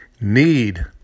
need